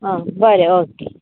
आं बरें ओके